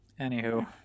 Anywho